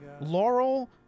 Laurel